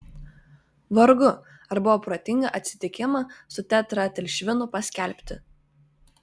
vargu ar buvo protinga atsitikimą su tetraetilšvinu paskelbti